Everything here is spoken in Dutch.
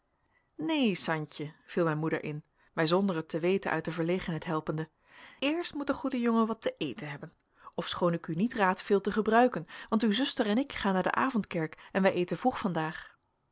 neen santje viel mijn moeder in mij zonder het te weten uit de verlegenheid helpende eerst moet de goede jongen wat te eten hebben ofschoon ik u niet raad veel te gebruiken want uw zuster en ik gaan naar de avondkerk en wij eten vroeg vandaag